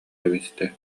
кэбистэ